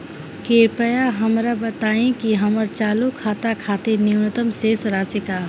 कृपया हमरा बताइं कि हमर चालू खाता खातिर न्यूनतम शेष राशि का ह